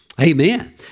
Amen